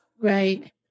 right